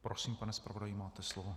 Prosím, pane zpravodaji, máte slovo.